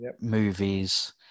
movies